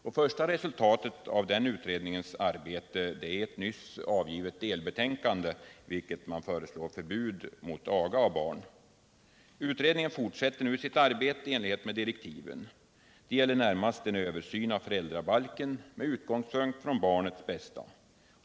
Det första resultatet av utredningens arbete är ett nyligen avgivet delbetänkande, i vilket man föreslår förbud mot aga av barn. Utredningen fortsätter nu sitt arbete i enlighet med direktiven. Det gäller närmast en översyn av föräldrabalken med utgångspunkt i barnens bästa.